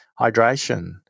hydration